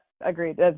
agreed